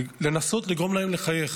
לנסות לגרום להם לחייך.